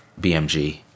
BMG